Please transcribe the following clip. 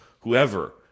whoever